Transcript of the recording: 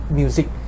music